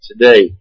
today